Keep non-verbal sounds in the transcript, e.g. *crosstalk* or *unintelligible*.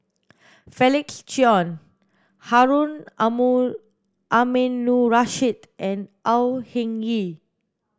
Felix Cheong Harun *unintelligible* Aminurrashid and Au Hing Yee